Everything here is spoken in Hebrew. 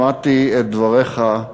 שמעתי את דבריך,